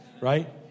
right